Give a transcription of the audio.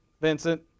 Vincent